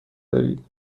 دارید